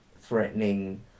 threatening